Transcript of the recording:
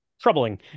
troubling